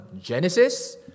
Genesis